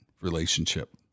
relationship